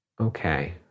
Okay